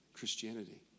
Christianity